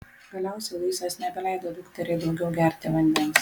galiausiai luisas nebeleido dukteriai daugiau gerti vandens